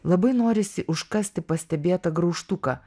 labai norisi užkasti pastebėtą graužtuką